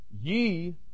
Ye